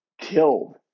killed